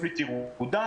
מענה,